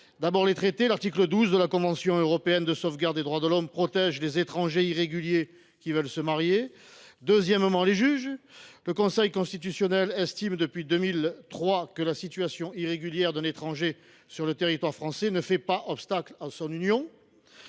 D’abord, l’article 12 de la convention européenne de sauvegarde des droits de l’homme protège les étrangers irréguliers qui veulent se marier. Ensuite, le Conseil constitutionnel estime depuis 2003 que la situation irrégulière d’un étranger sur le territoire français ne fait pas obstacle à son union.